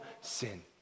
sin